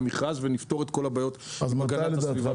ונפתור את כל הבעיות עם הגנת הסביבה.